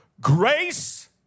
grace